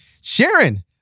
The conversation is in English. Sharon